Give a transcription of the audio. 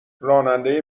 راننده